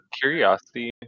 Curiosity